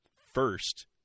first